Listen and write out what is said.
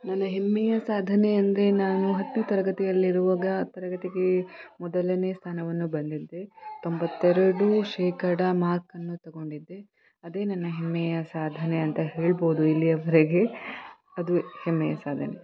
ನನ್ನ ಹೆಮ್ಮೆಯ ಸಾಧನೆ ಅಂದರೆ ನಾನು ಹತ್ತು ತರಗತಿಯಲ್ಲಿರುವಾಗ ತರಗತಿಗೆ ಮೊದಲನೇ ಸ್ಥಾನವನ್ನು ಬಂದಿದ್ದೆ ತೊಂಬತ್ತೆರಡು ಶೇಕಡ ಮಾರ್ಕನ್ನು ತಗೊಂಡಿದ್ದೆ ಅದೇ ನನ್ನ ಹೆಮ್ಮೆಯ ಸಾಧನೆ ಅಂತ ಹೇಳ್ಬೊದು ಇಲ್ಲಿಯವರೆಗೆ ಅದು ಹೆಮ್ಮೆಯ ಸಾಧನೆ